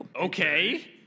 Okay